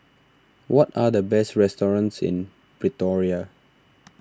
what are the best restaurants in Pretoria